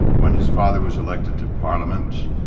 when his father was elected to parliament,